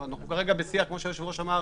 אנחנו כרגע בשיח ראשוני,